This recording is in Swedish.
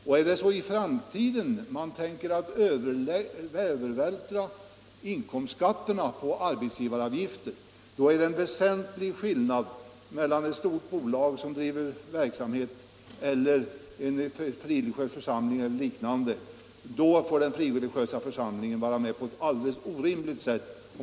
Men är det så att man i framtiden tänker övervältra inkomstskatterna på arbetsgivaravgifterna är det stor skillnad mellan ett stort bolag som bedriver affärsverksamhet och en frireligiös församling; tar man ut samma arbetsgivaravgifter av dem får den frireligiösa församlingen vara med och betala i alldeles orimlig utsträckning.